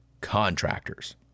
Contractors